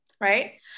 right